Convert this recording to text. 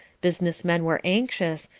business men were anxious,